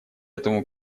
этому